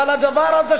אבל הדבר הזה,